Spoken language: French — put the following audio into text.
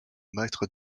maître